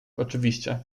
oczywiście